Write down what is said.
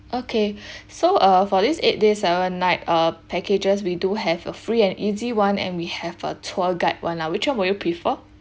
okay so uh for this eight days seven nights uh packages we do have a free and easy one and we have a tour guide one lah which one would you prefer